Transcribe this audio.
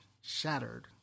shattered